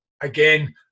again